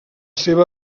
seva